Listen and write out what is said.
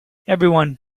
everyone